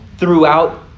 Throughout